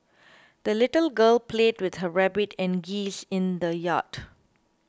the little girl played with her rabbit and geese in the yard